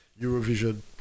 Eurovision